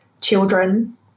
children